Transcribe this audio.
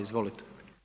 Izvolite.